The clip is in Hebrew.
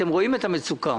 אתם רואים את המצוקה.